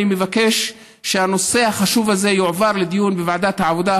אני מבקש שהנושא החשוב הזה יועבר לדיון בוועדת העבודה,